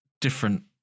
different